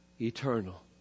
eternal